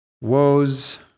woes